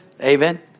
Amen